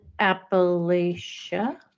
Appalachia